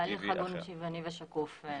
בהליך הגון, שוויוני ושקוף.